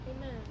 amen